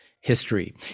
history